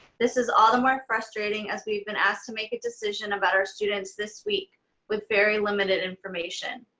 this is all the more frustrating as we've been asked to make a decision about our students this week with very limited information.